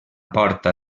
porta